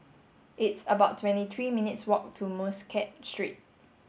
it's about twenty three minutes' walk to Muscat Street